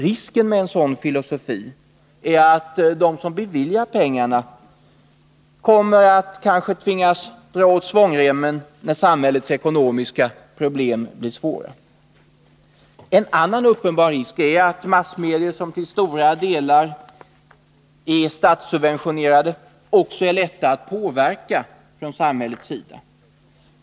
Risken med en sådan filosofi är att de som beviljar pengarna kanske kommer att tvingas dra åt svångremmen när samhällets ekonomiska problem blir svåra. En annan uppenbar risk är att massmedier som till stora delar är statssubventionerade också är lätta att påverka från samhällets sida.